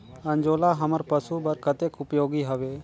अंजोला हमर पशु बर कतेक उपयोगी हवे?